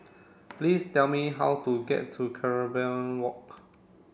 please tell me how to get to Walk